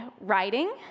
writing